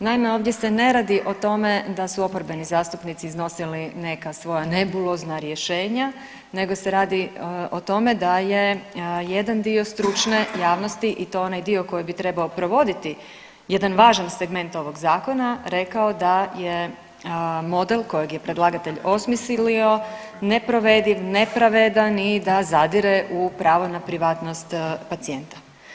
Naime, ovdje se ne radi o tome da su oporbeni zastupnici iznosili neka svoja nebulozna rješenja nego se radi o tome da je jedan dio stručne javnosti i to onaj dio koji bi trebao provoditi jedan važan segment ovog zakona rekao da je model kojeg je predlagatelj osmislio neprovediv, nepravedan i da zadire u pravo na privatnost pacijenta.